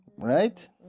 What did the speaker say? Right